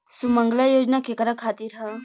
सुमँगला योजना केकरा खातिर ह?